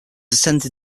attended